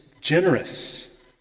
generous